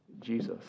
Jesus